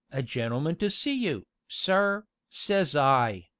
a gentleman to see you, sir says i.